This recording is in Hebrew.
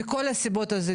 מכל הסיבות האלה,